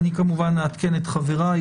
אני כמובן אעדכן את חבריי.